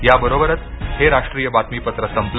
याबरोबरच हे राष्ट्रीय बातमीपत्र संपलं